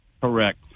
correct